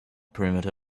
perimeter